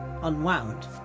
unwound